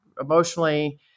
emotionally